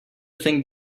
think